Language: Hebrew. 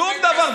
שום דבר.